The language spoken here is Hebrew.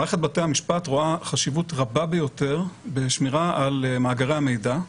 מערכת בתי המשפט רואה חשיבות רבה ביותר בשמירה על מאגרי המידע,